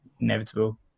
inevitable